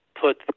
put